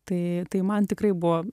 taip tai man tikrai buvo